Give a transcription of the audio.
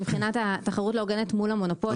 מבחינת תחרות לא הוגנת מול המונופולים.